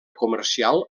comercial